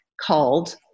called